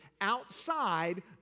outside